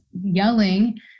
yelling